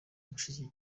mushiki